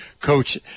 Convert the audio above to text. coach